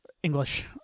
English